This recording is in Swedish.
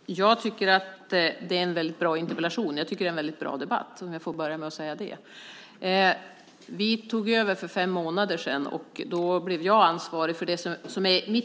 Herr talman! Jag tycker att det här är en bra interpellation, och det är en bra debatt. Vi tog över för fem månader sedan. Då blev jag